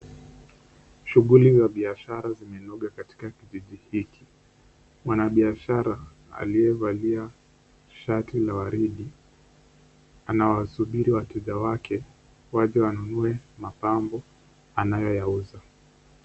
Shughuli ya biashara zimenoga katika kijiji hiki. Mwanabiashara aliyevalia shati la waridi anasubiri wateja wake waje wanunue mapambo anayouza.